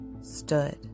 stood